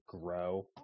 grow